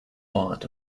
part